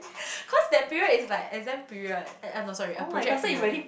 cause that period is like exam period eh uh no sorry a project period